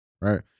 right